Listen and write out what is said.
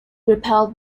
repelled